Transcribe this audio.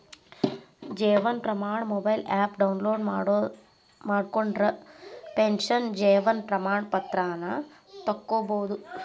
Jeevan Pramaan mobile app download ಮಾಡ್ಕೊಂಡ್ರ pension Jeevan Pramaan ಪತ್ರಾನ ತೊಕ್ಕೊಬೋದು